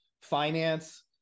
finance